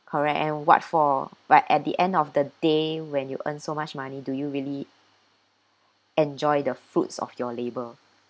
correct and what for but at the end of the day when you earn so much money do you really enjoy the fruits of your labour